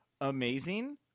Amazing